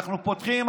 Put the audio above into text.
אנחנו פותחים,